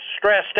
stressed